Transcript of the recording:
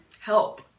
Help